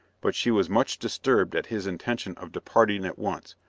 but she was much disturbed at his intention of departing at once,